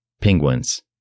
Penguins